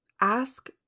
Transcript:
ask